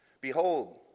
Behold